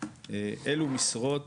אלו משרות